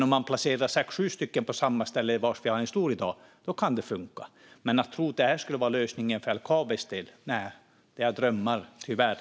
Om man placerar sex sju stycken där vi i dag har en stor kan det funka. Men att tro att det här skulle vara lösningen för LKAB:s del är tyvärr drömmar, Jansson.